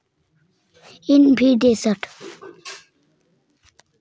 खरीफ फसलेर मोसम जुनत शुरु है खूना अक्टूबरत खत्म ह छेक